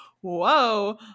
whoa